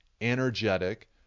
energetic